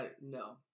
No